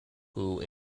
oahu